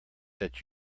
that